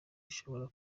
ishobora